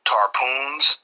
Tarpoons